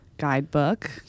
guidebook